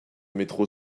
métro